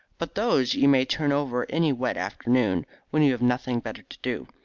but those you may turn over any wet afternoon when you have nothing better to do.